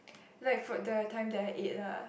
like for the time that I eat lah